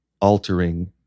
altering